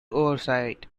oversight